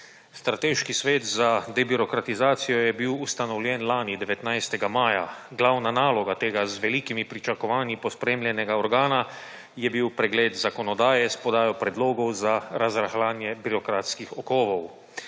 Strateški svet za debirokratizacijo je bil ustanovljen lani, 19. maja. Glavna naloga tega z velikimi pričakovanji pospremljanega organa je bil pregled zakonodaje s podajo predlogo za razrahljanje birokratskih okovov.